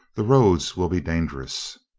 the roads will be dangerous.